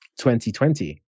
2020